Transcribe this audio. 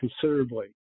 considerably